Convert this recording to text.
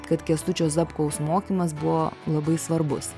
kad kęstučio zapkaus mokymas buvo labai svarbus